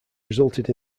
resulted